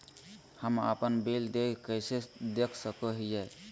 हम अपन बिल देय कैसे देख सको हियै?